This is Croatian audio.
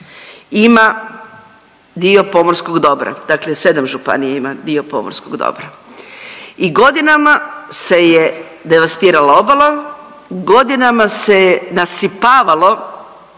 ima dio pomorskog dobra, dakle 7 županija ima dio pomorskog dobra i godinama se je devastirala obala, godinama se je nasipavalo